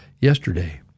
yesterday